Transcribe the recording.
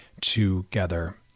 together